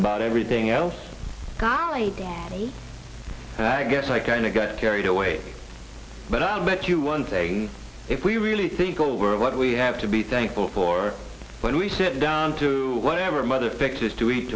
about everything else and i guess i kind of got carried away but i'll bet you one thing if we really think over what we have to be thankful for when we sit down to whatever mother fix is to eat